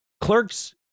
Clerks